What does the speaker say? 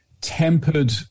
tempered